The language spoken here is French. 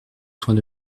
soins